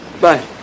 Bye